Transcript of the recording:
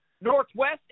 Northwest